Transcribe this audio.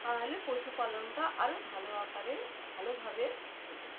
তাহলে পশুপালনটা আরও ভালো আকারে ভালোভাবে হতো